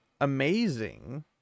amazing